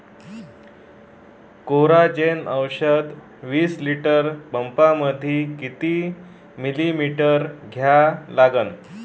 Coragen औषध विस litre पंपामंदी किती मिलीमिटर घ्या लागन?